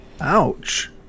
Ouch